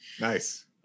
Nice